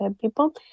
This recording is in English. people